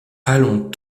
allons